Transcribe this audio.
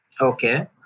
Okay